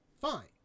fine